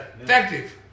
effective